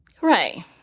Right